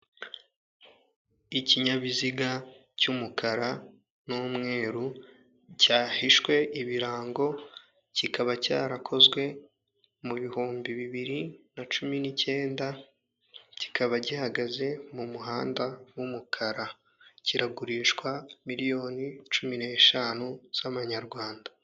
Ikinyabiziga cy'umukara n'umweru cyahishwe ibirango kikaba cyarakozwe mu bihumbi bibiri na cumi n'icyenda, kikaba gihagaze mu muhanda w'umukara kiragurishwa miliyoni cumi n'eshanu z'amanyarwanda.